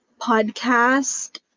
podcast